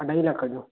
अढाई लख जो